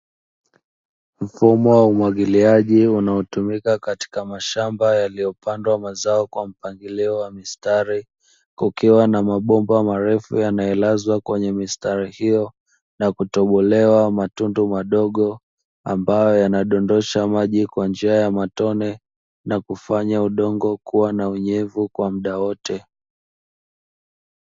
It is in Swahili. Mfumo wa umwagiliaji unaotumika katika mashamba yaliyopandwa mazao kwa mpangilio wa mistari, kukiwa na mabomba marefu yaliyolazwa kwenye mistari hiyo na kutobolewa matundu madogo ambayo yanadondosha maji kwa njia ya matone na kufanya udongo kuwa na unyevu kwa muda wote.